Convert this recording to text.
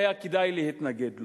והיה כדאי להתנגד לו.